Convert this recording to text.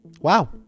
Wow